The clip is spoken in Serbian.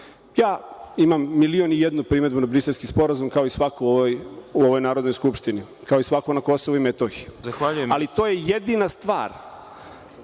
Ja imam milion i jednu primedbu na Briselski sporazum kao i svako u ovoj Narodnoj skupštini, kao i svako na KiM, ali to je jedina stvar